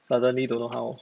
suddenly don't know how